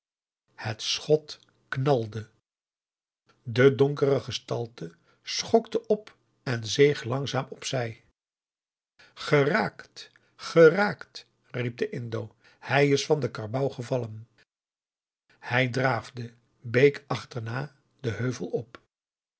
het schot knalde de donkere gestalte schokte op en zeeg langzaam op zij geraakt geraakt riep de indo hij is van de karbouw gevallen hij draafde bake achterna den heuvel op